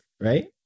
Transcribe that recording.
right